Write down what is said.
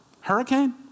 hurricane